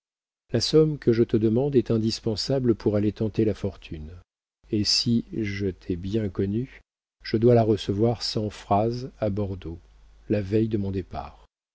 la somme que je te demande est indispensable pour aller tenter la fortune et si je t'ai bien connu je dois la recevoir sans phrase à bordeaux la veille de mon départ